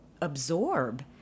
absorb